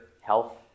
health